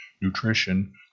nutrition